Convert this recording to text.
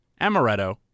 Amaretto